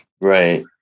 Right